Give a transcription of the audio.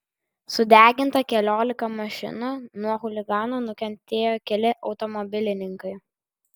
sudeginta keliolika mašinų nuo chuliganų nukentėjo keli automobilininkai